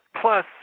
Plus